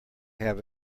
have